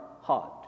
heart